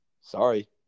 Sorry